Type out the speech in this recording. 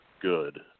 good